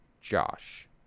Josh